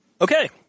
okay